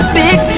big